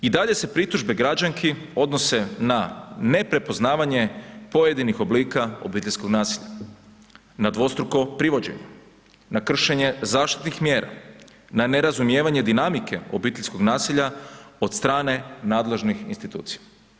I dalje se pritužbe građanki odnose na neprepoznavanje pojedinih oblika obiteljskog nasilja, na dvostruko privođenje, na kršenje zaštitnih mjera, na nerazumijevanje dinamike obiteljskog nasilja od strane nadležnih institucija.